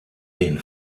den